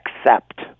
accept